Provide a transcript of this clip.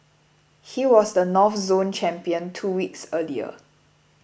he was the North Zone champion two weeks earlier